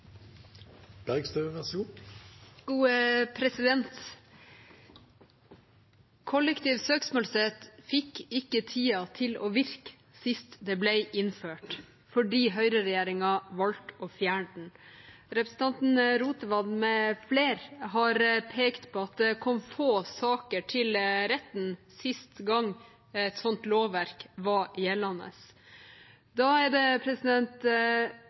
Kollektiv søksmålsrett fikk ikke tid til å virke sist den ble innført, fordi høyreregjeringen valgte å fjerne den. Representanten Rotevatn med flere har pekt på at det kom få saker til retten sist gang et sånt lovverk var gjeldende. Da er det